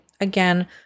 Again